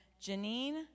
janine